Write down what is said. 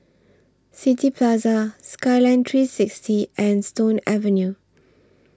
City Plaza Skyline three sixty and Stone Avenue